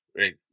right